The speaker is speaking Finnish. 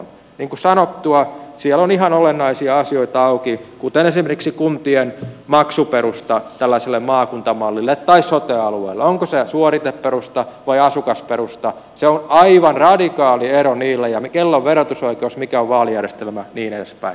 niin kuin sanottua siellä on ihan olennaisia asioita auki kuten esimerkiksi kuntien maksuperusta tällaiselle maakuntamallille tai sote alueelle onko se suoriteperusta vai asukasperusta niillä on aivan radikaali ero ja kenellä on verotusoikeus mikä on vaalijärjestelmä ja niin edelleen